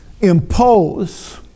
impose